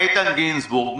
איתן גינזבורג,